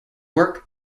work